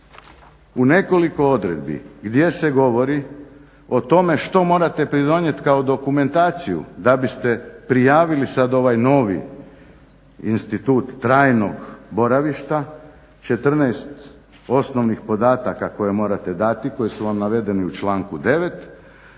u nekoliko odredbi gdje se govori o tome što morate pridonijeti kao dokumentaciju da biste prijavili sad ovaj novi institut trajnog boravišta 14 osnovnih podataka koje morate dati, koji su vam navedeni u članku 9.